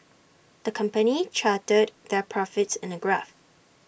the company charted their profits in A graph